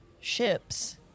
ships